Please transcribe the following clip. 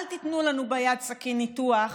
אל תיתנו לנו ביד סכין ניתוח